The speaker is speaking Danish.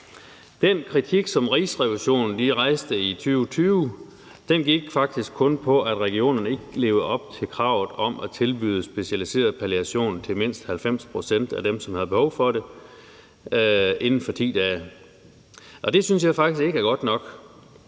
Den kritik, som Rigsrevisionen rejste i 2020, gik faktisk kun på, at regionerne ikke levede op til kravet om at tilbyde specialiseret palliation til mindst 90 pct. af dem, som havde behov for det, inden for 10 dage. Det synes jeg faktisk ikke er godt nok.